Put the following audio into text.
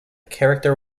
character